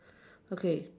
okay